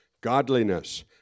godliness